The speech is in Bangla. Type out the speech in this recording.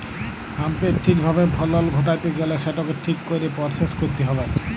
হ্যাঁম্পের ঠিক ভাবে ফলল ঘটাত্যে গ্যালে সেটকে ঠিক কইরে পরসেস কইরতে হ্যবেক